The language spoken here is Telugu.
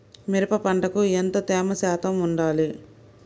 మిరప పంటకు ఎంత తేమ శాతం వుండాలి?